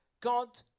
God